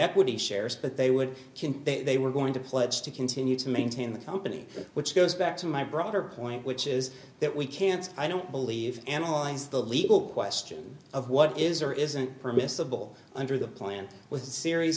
equity shares but they would can they were going to pledge to continue to maintain the company which goes back to my broader point which is that we can't i don't believe analyze the legal question of what is or isn't permissible under the plant with a series